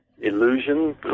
illusion